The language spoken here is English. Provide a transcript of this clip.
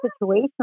situation